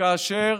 שכאשר